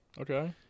Okay